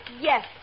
yes